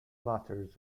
matters